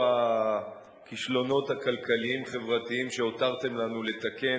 הכישלונות הכלכליים-חברתיים שהותרתם לנו לתקן,